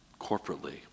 corporately